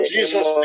Jesus